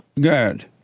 Good